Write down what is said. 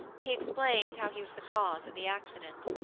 he explained how he was the cause of the accident.